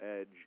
edge